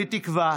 אני תקווה